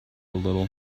little